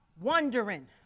wondering